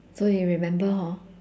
so you remember hor